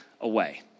away